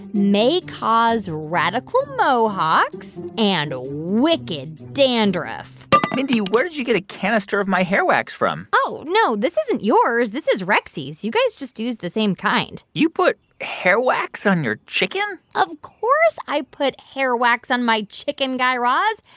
may cause radical mohawks and wicked dandruff mindy, where did you get a canister of my hair wax from? oh, no. this isn't yours. this is rexy's. you guys just use the same kind you put hair wax on your chicken? of course i put hair wax on my chicken, guy raz.